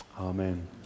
Amen